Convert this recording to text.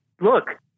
look